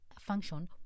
function